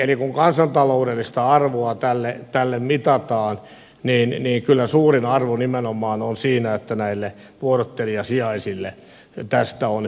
eli kun kansantaloudellista arvoa tälle mitataan niin kyllä suurin arvo nimenomaan on siinä että näille vuorottelusijaisil le tästä on hyötyä